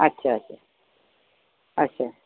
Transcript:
अच्छा अच्छा अच्छा